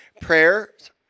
Prayers